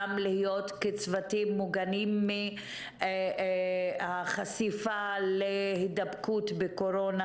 גם להיות צוותים מוגנים מהחשיפה להידבקות בקורונה,